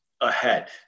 ahead